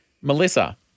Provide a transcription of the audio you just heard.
Melissa